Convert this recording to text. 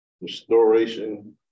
restoration